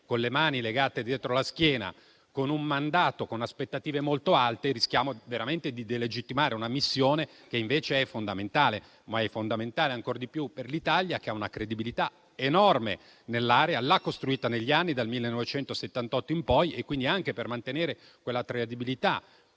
con le mani legate dietro la schiena e con un mandato con aspettative molto alte, rischiamo veramente di delegittimare una missione che invece è fondamentale e lo è ancor di più per l'Italia, che ha una credibilità enorme nell'area, costruita negli anni dal 1978 in poi. Anche per mantenere quella credibilità